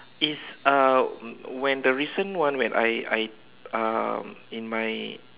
is uh when the recent one when I I um in my